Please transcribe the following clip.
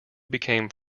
became